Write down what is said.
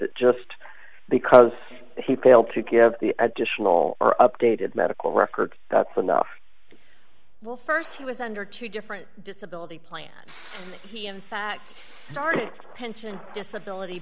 it just because he failed to give the additional or updated medical records that's enough well st he was under two different disability plan he in fact started pension disability